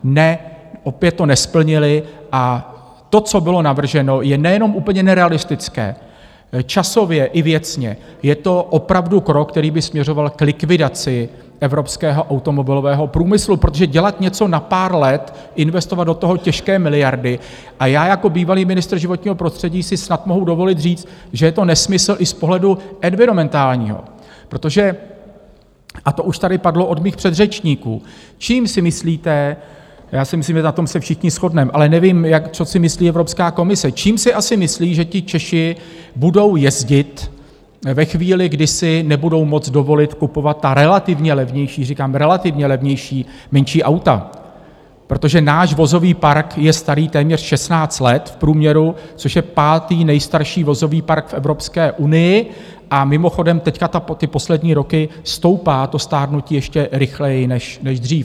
Ne, opět to nesplnili a to, co bylo navrženo, je nejenom úplně nerealistické časově i věcně, je to opravdu krok, který by směřoval k likvidaci evropského automobilového průmyslu, protože dělat něco na pár let, investovat do toho těžké miliardy, a já jako bývalý ministr životního prostředí si snad mohu dovolit říct, že je to nesmysl i z pohledu environmentálního, protože, a to už tady padlo od mých předřečníků, čím si myslíte já si myslím, že na tom se všichni shodneme, ale nevím, co si myslí Evropská komise čím si asi myslí, že Češi budou jezdit ve chvíli, kdy si nebudou moct dovolit kupovat ta relativně levnější, říkám relativně levnější, menší auta, protože náš vozový park je starý téměř šestnáct let v průměru, což je pátý nejstarší vozový park v Evropské unii, a mimochodem, teď poslední roky stoupá to stárnutí ještě rychleji než dřív?